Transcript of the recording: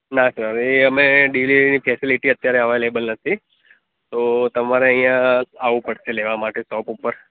ના સર એ અમે ડીલીવરીની ફૅસિલિટી અત્યારે અવેલેબેલ નથી તો તમારે અહીંયા આવવું પડશે લેવા માટે શૉપ ઉપર